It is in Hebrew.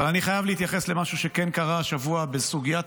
אבל אני חייב להתייחס למשהו שכן קרה השבוע בסוגיית